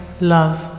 love